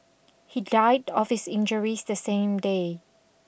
he died of his injuries the same day